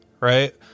right